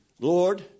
Lord